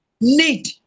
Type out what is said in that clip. need